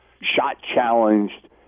shot-challenged